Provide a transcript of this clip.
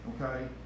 okay